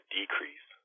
decrease